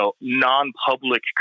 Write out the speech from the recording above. non-public